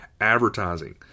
advertising